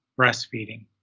breastfeeding